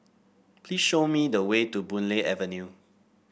please show me the way to Boon Lay Avenue